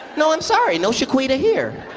no, i'm sorry. no shaquita here